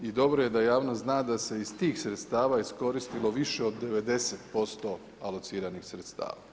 I dobro je da javnost zna da se iz tih sredstava iskoristilo više od 90% alociranih sredstava.